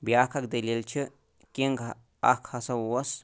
بیاکھ اکھ دٔلیٖل چھِ کِنٛگ اکھ ہَسا اوس